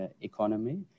economy